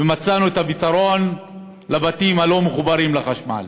מצאנו פתרון לבתים שלא מחוברים לחשמל.